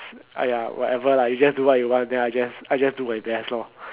!aiya! whatever lah you just do what you want then I just I just do my best lor